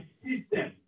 system